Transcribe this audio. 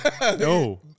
No